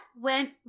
went